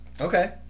Okay